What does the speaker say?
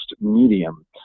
medium